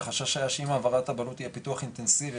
החשש היה שעם העברת הבעלות יהיה פיתוח אינטנסיבי